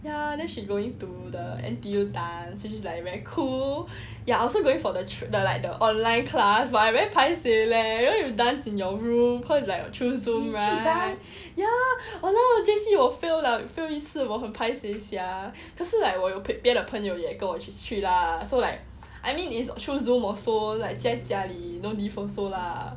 ya then she going to the N_T_U dance which is like very cool ya I also going for the trial like the online class but I very paiseh leh you know you dance in your room cause like through Zoom right those ya !walao! J_C 我 fail 一次我很 paiseh sia 可是 like 我有别的朋友也跟我去去 lah so like I mean it's true Zoom also like 在家里 no diff also lah